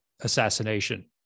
assassination